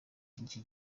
iki